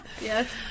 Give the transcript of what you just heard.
Yes